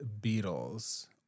Beatles